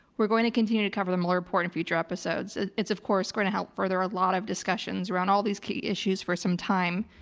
we're going to continue to cover the mueller report in future episodes. it's of course going to help further a lot of discussions around all these key issues for some time.